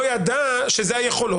לא ידע שזה היכולות?